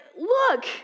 look